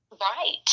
right